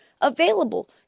available